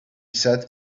sat